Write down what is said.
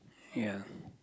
ya